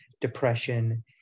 depression